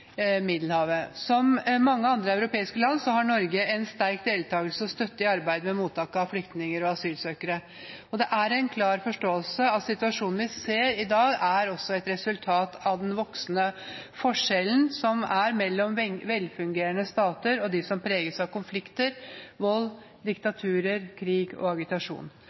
Middelhavet. Som mange andre europeiske land har Norge en sterk deltakelse og støtte i arbeidet med mottak av flyktninger og asylsøkere. Det er en klar forståelse av at situasjonen vi ser i dag, også er et resultat av den voksende forskjellen som er mellom velfungerende stater og dem som preges av konflikter, vold, diktatur, krig og agitasjon.